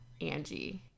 Angie